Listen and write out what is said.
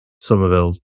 Somerville